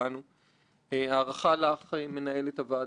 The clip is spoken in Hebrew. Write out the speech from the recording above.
שהכנסת היא מקום שבו אפשר כל הזמן ללמוד דברים.